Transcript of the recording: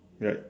right